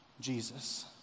Jesus